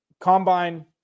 Combine